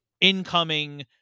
incoming